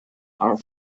are